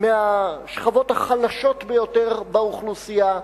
מהשכבות החלשות ביותר באוכלוסייה,